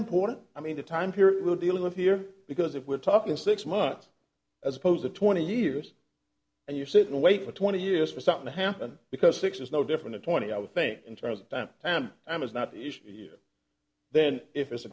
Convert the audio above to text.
important i mean the time period we're dealing with here because if we're talking six months as opposed to twenty years and you sit and wait for twenty years for something to happen because six is no different twenty i would think in terms of time is not the issue here then if it's a